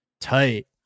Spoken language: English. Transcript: tight